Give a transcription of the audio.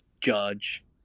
Judge